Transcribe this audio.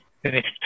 Finished